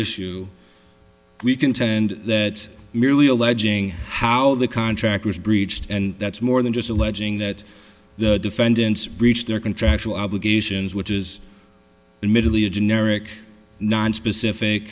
issue we contend that merely alleging how the contract was breached and that's more than just alleging that the defendants breached their contractual obligations which is the middle of generic nonspecific